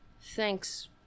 Thanks